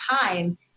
time